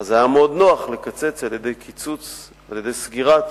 לא רק במגזר הערבי, גם במדינת ישראל כולה.